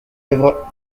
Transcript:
œuvre